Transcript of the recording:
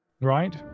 right